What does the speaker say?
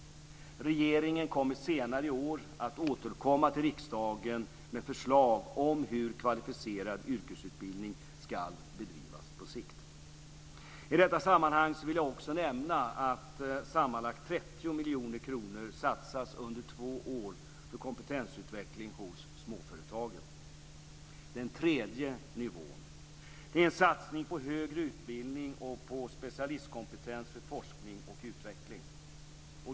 Regeringen kommer senare i år att återkomma till riksdagen med förslag om hur kvalificerad yrkesutbildning ska bedrivas på sikt. I detta sammanhang vill jag också nämna att sammanlagt 30 miljoner kronor satsas under två år på kompetensutveckling hos småföretagen. Den tredje nivån är en satsning på högre utbildning och på specialistkompetens för forskning och utveckling.